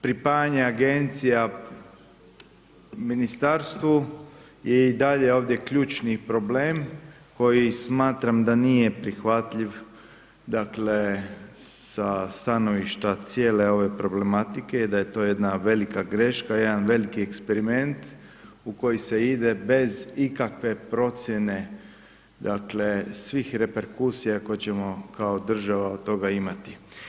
Pripajanja agencija ministarstvu je i dalje ovdje ključni problem koji smatram da nije prihvatljiv sa stanovništva cijele ove problematike i da je to jedna velika greška, jedan veliki eksperiment u koji se ide bez ikakve procjene dakle svih reperkusija koje ćemo kao država od toga imati.